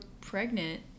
pregnant